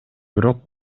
бирок